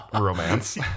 romance